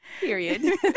Period